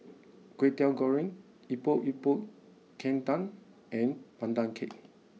Kway Teow goreng Epok Epok Kentang and Pandan Cake